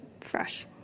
fresh